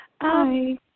Hi